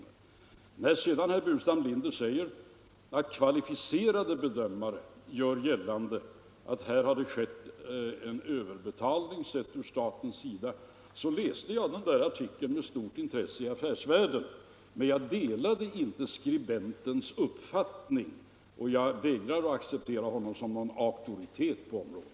Herr Burenstam Linder säger vidare att kvalificerade bedömare gör gällande att det har skett en överbetalning, sett från statens synpunkt. Jag läste med stort intresse den artikel i Affärsvärlden som åsyftas, men jag delar inte skribentens uppfattning, och jag vägrar att acceptera honom som någon auktoritet på området.